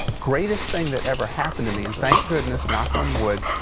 greatest thing that ever happened to me and thank goodness, knock on wood,